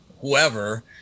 whoever